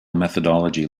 methodology